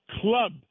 club